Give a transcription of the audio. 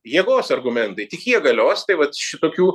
jėgos argumentai tik jie galios tai vat šitokių